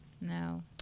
no